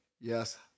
Yes